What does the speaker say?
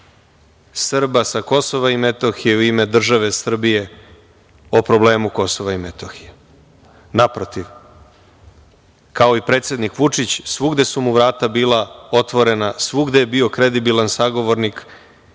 Srba sa KiM, u ime države Srbije, o problemu KiM.Naprotiv, kao i predsednik Vučić, svugde su mu vrata bila otvorena, svugde je bio kredibilan sagovornik